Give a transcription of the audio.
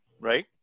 right